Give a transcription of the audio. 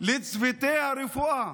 לצוותי הרפואה,